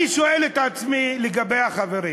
אני שואל את עצמי לגבי החברים,